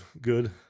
good